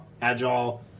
agile